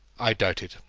i doubt it,